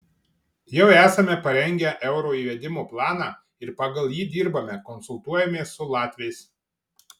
jau esame parengę euro įvedimo planą ir pagal jį dirbame konsultuojamės su latviais